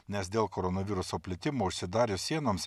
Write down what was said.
nes dėl koronaviruso plitimo užsidarius sienoms